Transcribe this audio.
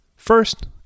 First